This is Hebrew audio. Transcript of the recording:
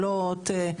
אלות,